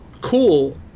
cool